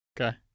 Okay